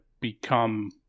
become